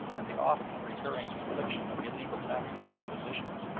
and the oft-recurring infliction of illegal taxes and impositions,